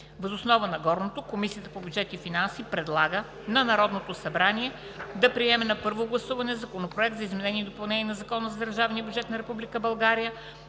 Въз основа на гореизложеното Комисията по бюджет и финанси предлага на Народното събрание да приеме на първо гласуване Законопроект за изменение и допълнение на Закона за държавния бюджет на